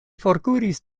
forkuris